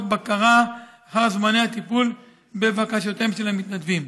בקרה אחר זמני הטיפול בבקשותיהם של המתנדבים.